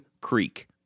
creek